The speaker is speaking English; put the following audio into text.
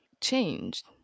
changed